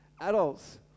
Adults